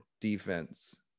defense